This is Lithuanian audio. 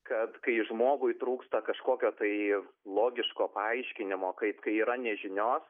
kad kai žmogui trūksta kažkokio tai logiško paaiškinimo kaip kai yra nežinios